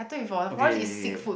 okay okay okay